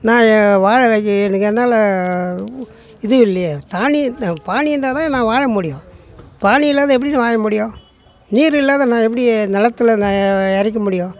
நான் ஏன் வாழ வைக்கிறதுக்கு என்னால் இது இல்லையே தாணி பானி இருந்தா தான் நான் வாழ முடியும் பானி இல்லாத எப்படி நான் வாழ முடியும் நீர் இல்லாத நான் எப்படி நிலத்துல நான் இறைக்க முடியும்